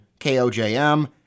KOJM